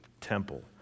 temple